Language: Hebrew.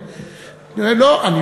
לא צריך להיבהל.